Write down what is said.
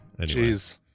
Jeez